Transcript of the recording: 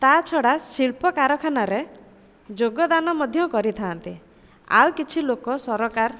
ତା ଛଡ଼ା ଶିଳ୍ପ କାରଖାନାରେ ଯୋଗଦାନ ମଧ୍ୟ କରିଥାନ୍ତି ଆଉ କିଛି ଲୋକ ସରକାର